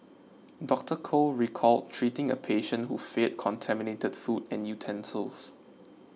Doctor Koh recalled treating a patient who feared contaminated food and utensils